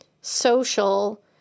social